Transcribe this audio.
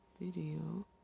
video